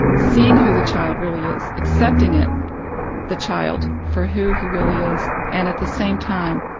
seeing who the child really is, accepting it the child, for who he really is and at the same time,